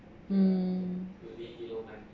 mm